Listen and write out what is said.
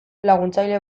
laguntzaile